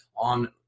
on